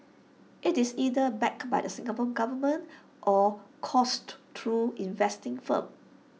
IT is either backed by the Singapore Government or coursed through investing firms